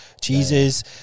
cheeses